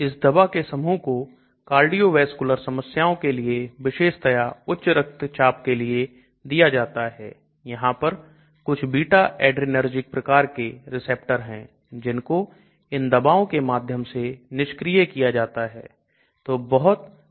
इस दवा के समूह को कार्डियोवैस्कुलर समस्याओं के लिए विशेषतया उच्च रक्तचाप के लिए दिया जाता है यहां पर कुछ beta adrenergic प्रकार के receptor है जिनको इन दवाओं के माध्यम से निष्क्रिय किया जाता हैतो बहुत अधिक ड्रग्स है